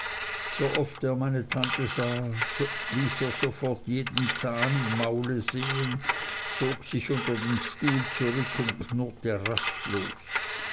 so oft er meine tante sah ließ er sofort jeden zahn im maule sehen zog sich unter einen stuhl zurück und knurrte rastlos